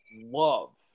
love